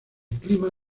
clima